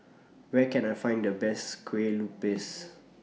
Where Can I Find The Best Kueh Lupis